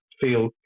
feel